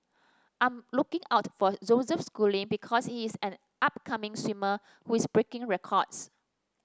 I'm looking out for Joseph Schooling because he is an upcoming swimmer who is breaking records